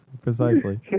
Precisely